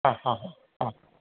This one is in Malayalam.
ആ ഹാ ആ